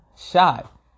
shot